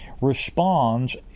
responds